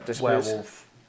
werewolf